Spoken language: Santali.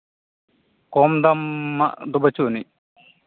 ᱠᱚᱢ ᱫᱟᱢ ᱟᱜ ᱫᱚ ᱵᱟᱹᱪᱩᱜ ᱟᱹᱱᱤᱡ